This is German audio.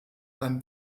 beim